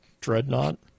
Dreadnought